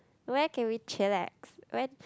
where can we chillax